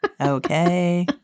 okay